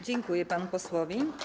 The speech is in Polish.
Dziękuję panu posłowi.